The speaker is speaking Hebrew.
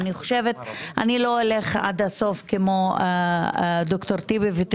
לא אלך עד הסוף כמו ד"ר טיבי ותתפלאו,